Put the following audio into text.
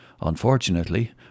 Unfortunately